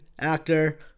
actor